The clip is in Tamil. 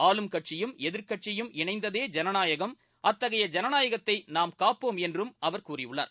ஆளும் கட்சியும் எதிர்க்கட்சியும் இணைந்ததே இணநாயகம் அத்தகைய இணநாயகத்தை நாம் காப்போம் என்றும் அவர் கூறியுள்ளார்